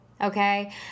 okay